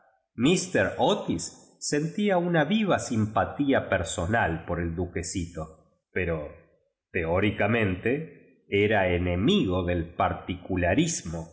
míster otis sentía una viva simpatía personal por el duquesito pero teóricamente era enemigo del